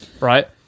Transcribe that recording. right